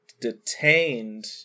detained